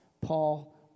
Paul